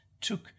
took